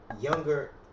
younger